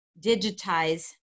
digitize